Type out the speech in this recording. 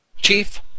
chief